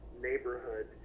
neighborhood